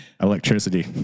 Electricity